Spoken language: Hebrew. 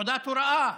תעודת הוראה,